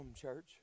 church